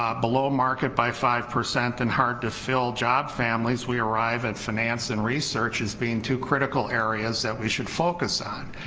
ah below market by five percent and hard to fill job families, we arrive at finance and research as being two critical areas that we should focus on.